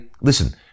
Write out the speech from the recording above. listen